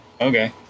okay